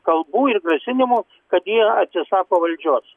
kalbų ir grasinimų kad jie atsisako valdžios